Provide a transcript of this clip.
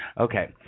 Okay